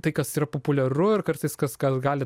tai kas yra populiaru ir kartais kas kas gali